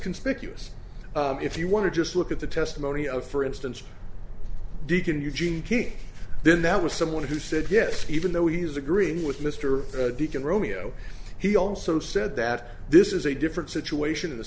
conspicuous if you want to just look at the testimony of for instance deacon eugene then that was someone who said yes even though he is agreeing with mr deacon romeo he also said that this is a different situation in the